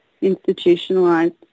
institutionalized